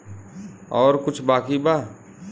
और कुछ बाकी बा?